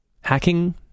hacking